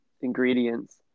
ingredients